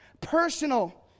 personal